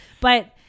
But-